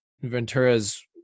Ventura's